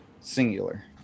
singular